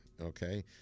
okay